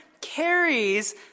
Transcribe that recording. carries